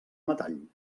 metall